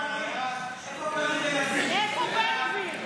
סעיף 1, כהצעת הוועדה, נתקבל.